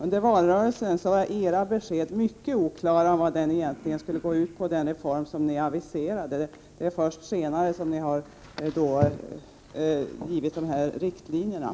Under valrörelsen var era besked om vad den reform ni aviserade egentligen skulle gå ut på mycket oklara. Det är först senare som ni har givit dessa riktlinjer.